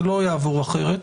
זה לא יעבור אחרת.